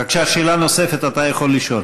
בבקשה, שאלה נוספת, אתה יכול לשאול.